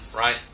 right